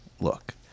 Look